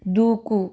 దూకు